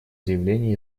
заявление